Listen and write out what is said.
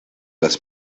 los